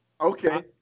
Okay